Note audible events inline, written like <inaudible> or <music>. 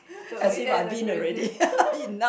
to me that's the craziest <laughs>